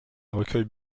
recueille